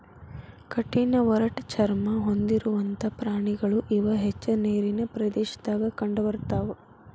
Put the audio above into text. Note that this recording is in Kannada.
ಕಠಿಣ ಒರಟ ಚರ್ಮಾ ಹೊಂದಿರುವಂತಾ ಪ್ರಾಣಿಗಳು ಇವ ಹೆಚ್ಚ ನೇರಿನ ಪ್ರದೇಶದಾಗ ಕಂಡಬರತಾವ